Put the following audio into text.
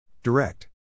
Direct